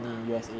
ah